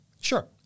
Sure